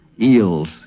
Eels